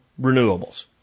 renewables